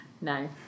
No